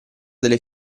delle